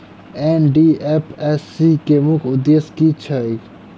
NDFSC केँ मुख्य उद्देश्य की छैक?